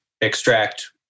extract